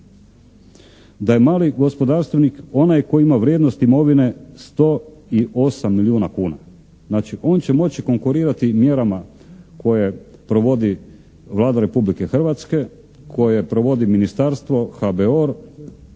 Da je mali gospodarstvenik onaj koji ima vrijednost imovine 108 milijuna kuna. Znači, on će moći konkurirati mjerama koje provodi Vlada Republike Hrvatske, koje provodi ministarstvo, HBOR, koje